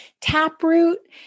Taproot